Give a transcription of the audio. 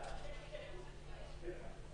ב-08:00 הוא מפזר את הילדים,